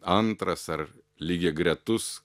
antras ar lygiagretus